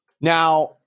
Now